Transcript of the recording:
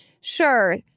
sure